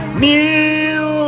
new